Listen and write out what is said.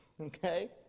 Okay